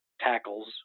tackles